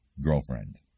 girlfriend